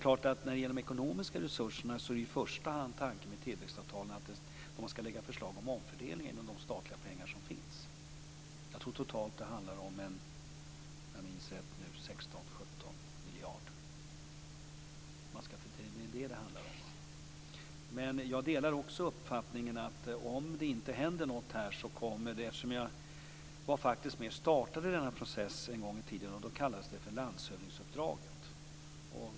När det gäller de ekonomiska resurserna är tanken med tillväxtavtalen i första hand att man skall lägga fram förslag om omfördelning av de statliga pengar som finns. Jag tror att det handlar om 16-17 miljarder totalt, om jag minns rätt. Det är detta det handlar om. Jag var faktiskt med och startade denna process en gång i tiden. Då kallades det landshövdingsuppdraget.